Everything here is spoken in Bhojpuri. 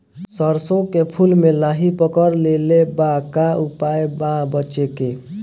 सरसों के फूल मे लाहि पकड़ ले ले बा का उपाय बा बचेके?